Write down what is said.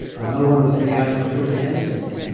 another one was ai to interpret hand signals.